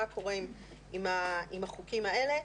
מה קורה עם החוקים האלה.